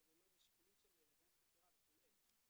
בגלל שיקולים של לא לזהם חקירה,